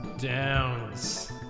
Downs